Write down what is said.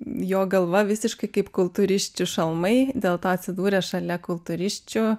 jo galva visiškai kaip kultūrisčių šalmai dėl to atsidūėę šalia kultūrisčių